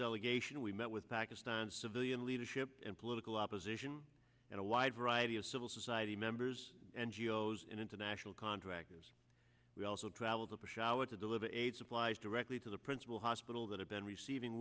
delegation we met with pakistan's civilian leadership and political opposition and a wide variety of civil society members n g o s and international contractors we also traveled to push our to deliver aid supplies directly to the principal hospital that have been receiving